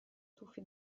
tuffi